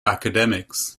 academics